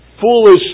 foolish